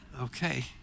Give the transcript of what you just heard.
Okay